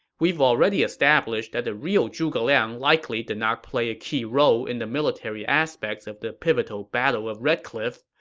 we've already established that the real zhuge liang likely did not play a key role in the military aspects of the pivotal battle of red cliff.